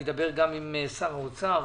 אדבר גם עם שר האוצר.